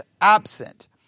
absent